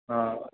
हाँ